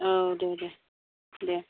औ दे दे दे